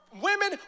women